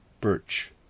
birch